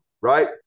Right